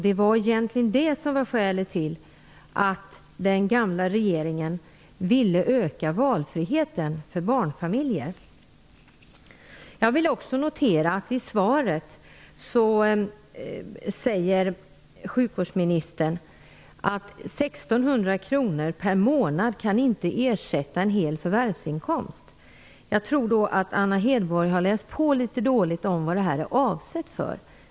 Det var egentligen skälet till att den gamla regeringen ville öka valfriheten för barnfamiljer. Jag vill också notera att sjukvårdsministern säger i svaret att 1 600 kronor per månad inte kan ersätta en hel förvärvsinkomst. Jag tror att Anna Hedborg har läst på litet dåligt om vad vårdnadsbidraget är avsett för.